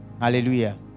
hallelujah